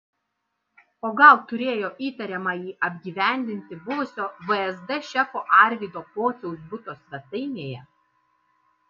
o gal turėjo įtariamąjį apgyvendinti buvusio vsd šefo arvydo pociaus buto svetainėje